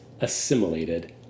assimilated